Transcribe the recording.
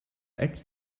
eggs